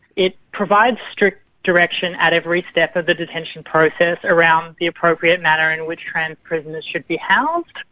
it provides strict direction at every step of the detention process around the appropriate manner in which trans-prisoners should be housed,